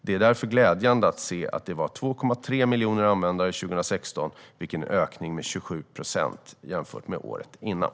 Det är därför glädjande att se att den hade 2,3 miljoner användare 2016, vilket är en ökning med 27 procent jämfört med året innan.